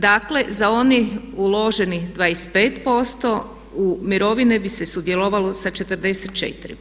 Dakle, za onih uloženih 25% u mirovini bi se sudjelovalo sa 44%